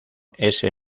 ese